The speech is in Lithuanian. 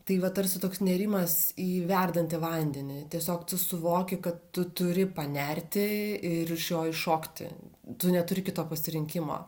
tai va tarsi toks nėrimas į verdantį vandenį tiesiog tu suvoki kad tu turi panerti ir iš jo iššokti tu neturi kito pasirinkimo